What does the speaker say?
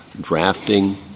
drafting